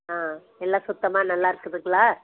ஆ எல்லாம் சுத்தமாக நல்லா இருக்குதுங்களா